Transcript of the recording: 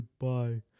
goodbye